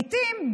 לעיתים,